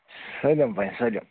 سٲلِم بَنہِ سٲلِم